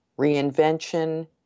Reinvention